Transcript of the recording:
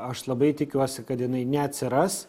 aš labai tikiuosi kad jinai neatsiras